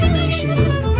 Emotions